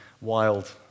wild